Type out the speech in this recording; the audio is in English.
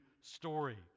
story